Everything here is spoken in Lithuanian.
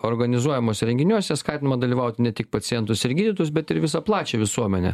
organizuojamuose renginiuose skatinama dalyvaut ne tik pacientus ir gydytus bet ir visą plačią visuomenę